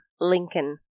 Lincoln